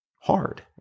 hard